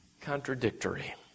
contradictory